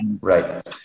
right